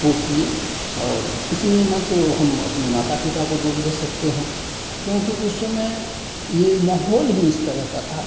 वह किए और इसमें न तो हम अपने माता पिता को दोष दे सकते हैं क्योंकि उस समय यह माहौल ही इस तरह का था